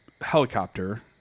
helicopter